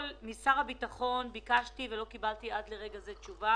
משר הביטחון ביקשתי לדעת - לא קיבלתי עד לרגע זה תשובה